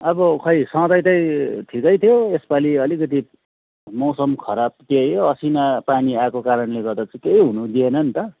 अब खै सधैँ चाहिँ ठिकै थियो यसपालि अलिकति मौसम खराब त्यही हो असिना पानी आएको कारणले गर्दा चाहिँ केही हुनुदिएन नि त